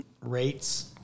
rates